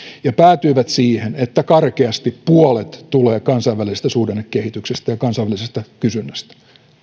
ja päätyivät siihen että karkeasti puolet tulee kansainvälisestä suhdannekehityksestä ja kansallisesta kysynnästä